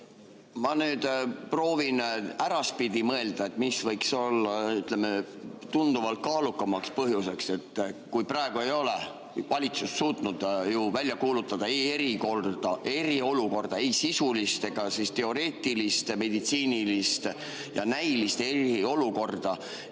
Ma nüüd proovin äraspidi mõelda, et mis võiks olla, ütleme, tunduvalt kaalukamaks põhjuseks. Praegu ei ole ju valitsus suutnud välja kuulutada eriolukorda – ei sisulist, teoreetilist, meditsiinilist ega näilist eriolukorda.